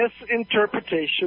misinterpretation